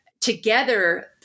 together